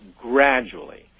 gradually